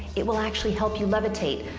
it will actually help you levitate.